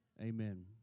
Amen